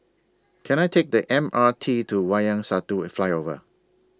Can I Take The M R T to Wayang Satu Flyover